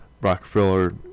Rockefeller